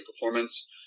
performance